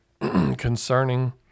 concerning